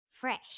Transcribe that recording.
fresh